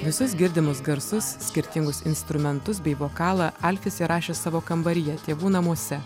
visus girdimus garsus skirtingus instrumentus bei vokalą alfis įrašė savo kambaryje tėvų namuose